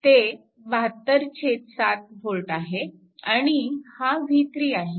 ते 72 7 V आहे आणि हा v3 आहे